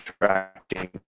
attracting